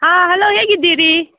ಹಾಂ ಹಲೋ ಹೇಗಿದ್ದೀರಿ